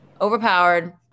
Overpowered